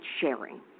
sharing